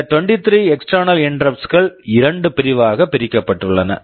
இந்த 23 external interrupts external interrupts கள் இரண்டு பிரிவுகளாக பிரிக்கப்பட்டுள்ளன